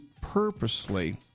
purposely